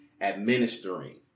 administering